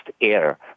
air